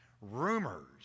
rumors